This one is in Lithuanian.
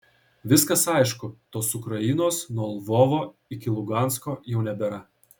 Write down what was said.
viskas aišku tos ukrainos nuo lvovo iki lugansko jau nebėra